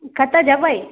कतय जेबै